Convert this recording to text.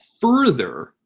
further